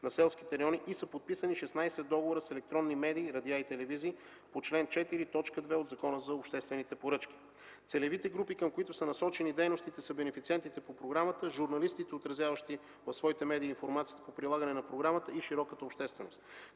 на селските райони. Подписани са 16 договора с електронни медии, радиа и телевизии по чл. 4, т. 2 от Закона за обществените поръчки. Целевите групи, към които са насочени дейностите, са бенефициентите по програмата, журналистите, отразяващи в своите медии информацията по прилагане на програмата, и широката общественост.